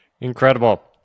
incredible